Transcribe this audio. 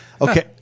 Okay